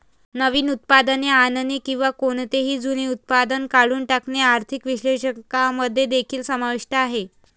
नवीन उत्पादने आणणे किंवा कोणतेही जुने उत्पादन काढून टाकणे आर्थिक विश्लेषकांमध्ये देखील समाविष्ट आहे